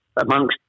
amongst